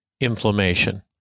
inflammation